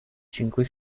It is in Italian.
cinque